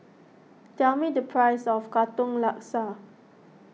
tell me the price of Katong Laksa